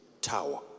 tower